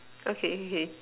okay okay